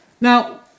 Now